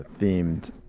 themed